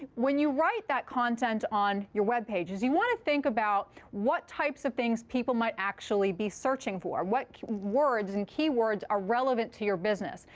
when you write that content on your web pages, you want to think about what types of things people might actually be searching for. what words and keywords are relevant to your business?